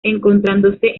encontrándose